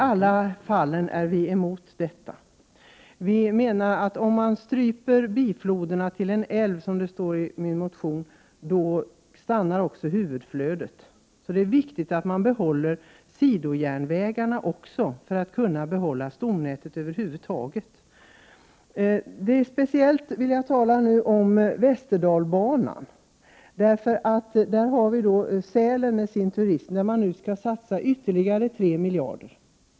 Det är vi emot. Vi menar att om man stryper bifloderna till en älv, som det står i min motion, då stannar också huvudflödet. Så det är viktigt att man behåller sidojärnvägarna för att kunna behålla stomnätet över huvud taget. Speciellt vill jag tala om Västerdalsbanan. I Västerdalarna ligger Sälen med sin turism. Där skall man nu satsa ytterligare 3 miljarder.